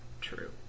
true